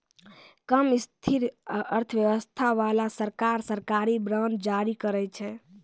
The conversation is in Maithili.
कम स्थिर अर्थव्यवस्था बाला सरकार, सरकारी बांड जारी करै छै